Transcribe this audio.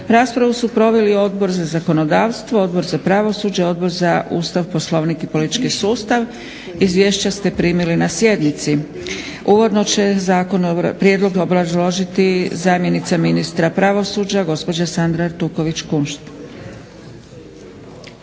Raspravu su proveli Odbor za zakonodavstvo, Odbor za pravosuđe, Odbor za Ustav, Poslovnik i politički sustav. Izvješća ste primili na sjednici. Uvodno će zakon, prijedlog obrazložiti zamjenica ministra pravosuđa gospođa Sandra Artuković-Kunšt.